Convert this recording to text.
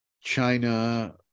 china